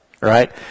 Right